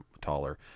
taller